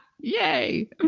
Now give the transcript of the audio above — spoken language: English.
Yay